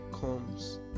comes